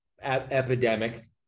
epidemic